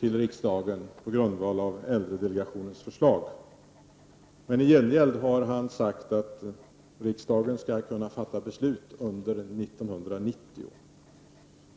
till riksdagen i maj, på grundval av äldredelegationens förslag, inte läggs fram före sommaren. I gengäld har Bengt Lindqvist sagt att riksdagen skall kunna fatta beslut under 1990.